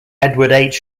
edward